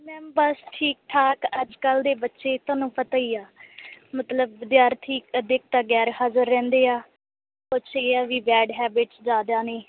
ma'am ਬੱਸ ਠੀਕ ਠਾਕ ਅੱਜ ਕੱਲ੍ਹ ਦੇ ਬੱਚੇ ਤੁਹਾਨੂੰ ਪਤਾ ਹੀ ਆ ਮਤਲਬ ਵਿਦਿਆਰਥੀ ਇੱਕ ਅੱਧੇ ਕੁ ਤਾਂ ਗੈਰ ਹਾਜ਼ਰ ਰਹਿੰਦੇ ਆ ਕੁਛ ਇਹ ਆ ਵੀ ਬੈਡ ਹੈਬਿਟਸ ਵਿੱਚ ਜ਼ਿਆਦਾ ਨੇ